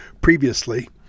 previously